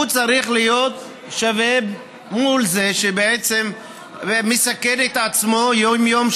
הוא צריך להיות שווה מול זה שבעצם מסכן את עצמו יום-יום,